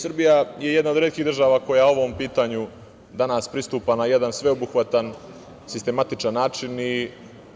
Srbija je jedna od retkih država koja ovom pitanju danas pristupa na jedan sveobuhvatan i sistematičan način,